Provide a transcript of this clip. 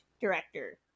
director